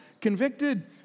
convicted